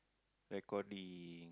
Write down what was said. recording